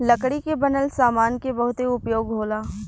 लकड़ी के बनल सामान के बहुते उपयोग होला